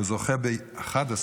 הוא זוכה ב-11 ברכות.